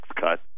cut